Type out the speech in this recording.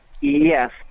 Yes